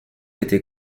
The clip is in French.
été